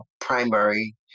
primary